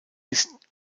ist